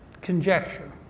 conjecture